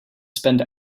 spend